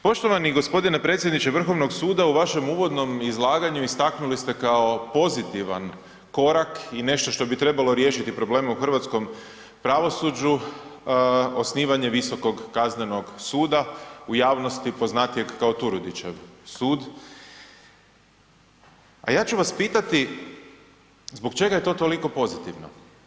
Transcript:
Poštovani g. predsjedniče Vrhovnog suda, u vašem uvodnom izlaganju istaknuli ste kao pozitivan korak i nešto što bi trebalo riješiti probleme u hrvatskom pravosuđu, osnivanje Visokog kaznenog suda, u javnosti poznatijeg kao Turudićev sud a ja ću vas pitati zbog čega je to toliko pozitivno?